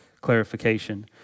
clarification